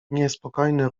niespokojny